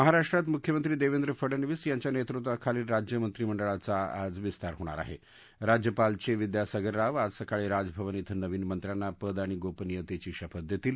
महाराष्ट्रात मुख्यमंत्री दर्शेद्रे फडणवीस यांच्या नर्मुल्वाखालील राज्य मंत्रिमंडळाचा आज विस्तार होणार आह राज्यपाल च विद्यासागर राव आज सकाळी राजभवन इथं नवीन मंत्र्यांना पद आणि गोपनियतर्सीं शपथ दर्सील